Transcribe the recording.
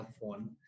phone